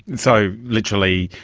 so, literally,